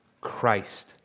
Christ